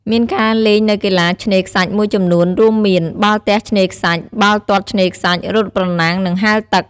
មានការលេងនៅកីឡាឆ្នេរខ្សាច់មួយចំនួនរួមមាន បាល់ទះឆ្នេរខ្សាច់ បាល់ទាត់ឆ្នេរខ្សាច់ រត់ប្រណាំង និងហែលទឹក។